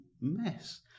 mess